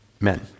men